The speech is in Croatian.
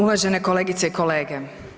Uvažene kolegice i kolege.